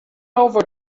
over